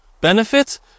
benefit